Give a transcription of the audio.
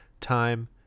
Time